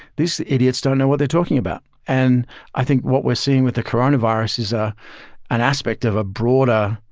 these idiots don't know what they're talking about. and i think what we're seeing with the coronavirus coronavirus is ah an aspect of a broader,